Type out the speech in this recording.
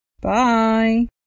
Bye